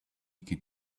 could